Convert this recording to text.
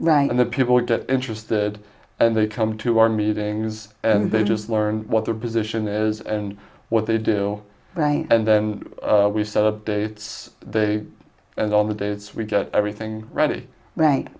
right and the people that are interested and they come to our meetings and they just learn what their position is and what they do all right and then we set up dates they and all the dates we get everything ready right